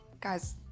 guy's